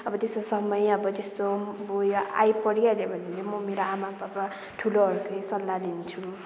अब त्यस्तो समय अब उयो आइपरिहाल्यो भने चाहिँ म मेरो आमा बाबा ठुलोहरूकै सल्लाह लिन्छु